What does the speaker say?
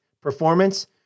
performance